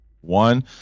one